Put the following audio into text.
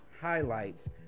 highlights